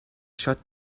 shut